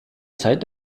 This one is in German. zeit